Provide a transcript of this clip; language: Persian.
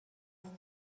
دست